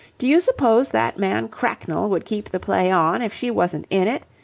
do you suppose that man cracknell would keep the play on if she wasn't in it?